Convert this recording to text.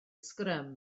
sgrym